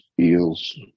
Eels